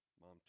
Mom